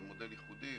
ומודל ייחודי,